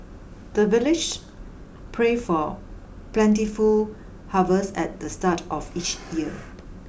the villagers pray for plentiful harvest at the start of each year